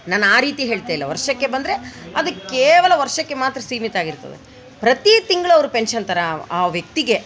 ನಾನು ಆ ರೀತಿ ಹೇಳ್ತಾ ಇಲ್ಲ ವರ್ಷಕ್ಕೆ ಬಂದರೆ ಅದು ಕೇವಲ ವರ್ಷಕ್ಕೆ ಮಾತ್ರ ಸೀಮಿತ ಆಗಿರ್ತದೆ ಪ್ರತಿ ತಿಂಗ್ಳು ಅವ್ರು ಪೆನ್ಷನ್ ಥರ ಆ ವ್ಯಕ್ತಿಗೆ